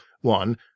one